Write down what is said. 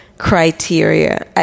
Criteria